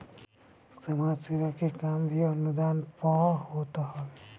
समाज सेवा के काम भी अनुदाने पअ होत हवे